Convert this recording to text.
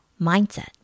mindset